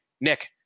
Nick